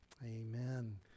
amen